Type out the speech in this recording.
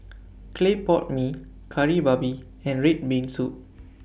Clay Pot Mee Kari Babi and Red Bean Soup